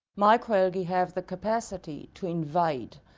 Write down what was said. micro-algae have the capacity to invade,